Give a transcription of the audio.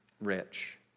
rich